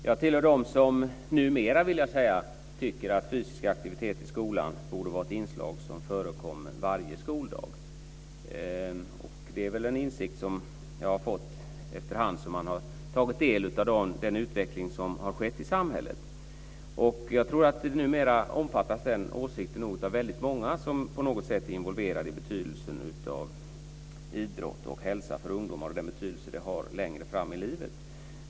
Fru talman! Jag tillhör dem som numera, vill jag säga, tycker att fysisk aktivitet borde vara ett inslag som förekom varje skoldag. Det är en insikt som jag har fått allteftersom jag har tagit del av den utveckling som har skett i samhället. Jag tror att den åsikten numera omfattas av väldigt många som på något sätt är involverade i idrott och hälsa för ungdomar och som förstår vilken betydelse det har längre fram i livet.